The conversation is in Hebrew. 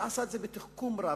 שעשה את זה בתחכום רב,